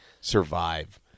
survive